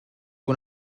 que